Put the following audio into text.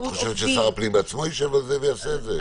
את חושבת ששר הפנים בעצמו ישב על זה ויעשה את זה?